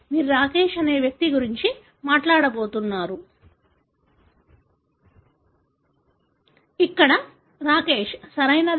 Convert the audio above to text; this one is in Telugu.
మీరు రాకేష్ అనే వ్యక్తి గురించి మాట్లాడబోతున్నారు ఇక్కడ రాకేష్ సరియైనదా